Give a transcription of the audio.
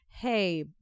hey